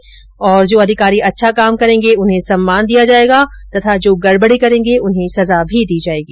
उन्होंने कहा कि जो अधिकारी अच्छा काम करेंगे उन्हें सम्मान दिया जाएगा और जो गड़बड़ी करेंगे उन्हें सजा भी दी जाएगी